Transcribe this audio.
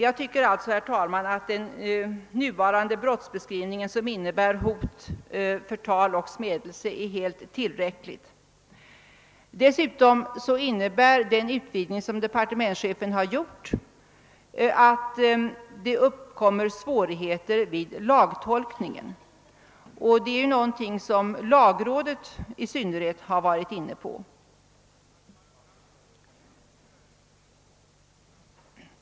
Jag tycker alltså, herr talman, att den nuvårande brottsbeskrivningen, som upptar hot, förtal och smädelser, är helt tillräcklig. Dessutom medför den utvidgning av brottsbeskrivningen som departementschefen vill göra att det uppkommer svårigheter vid lagtolkningen. Detta är någonting som i synnerhet lagrådet tagit upp.